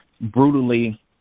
brutally